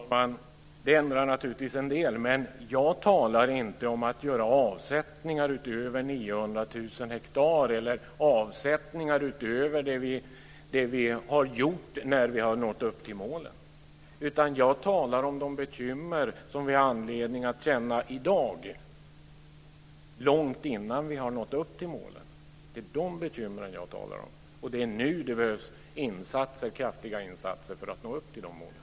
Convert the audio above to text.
Fru talman! Det ändrar naturligtvis en del, men jag talar inte om att göra avsättningar utöver 900 000 hektar eller avsättningar utöver det vi har gjort när vi har nått upp till målen. Jag talar i stället om de bekymmer som vi har anledning att känna i dag, långt innan vi har nått upp till målen. Det är de bekymren jag talar om. Och det är nu det behövs insatser, kraftiga insatser, för att nå upp till de här målen.